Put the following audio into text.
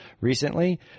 recently